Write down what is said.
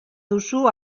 duzu